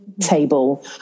table